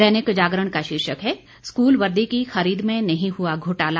दैनिक जागरण का शीर्षक है स्कूल वर्दी की खरीद में नहीं हुआ घोटाला